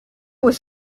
was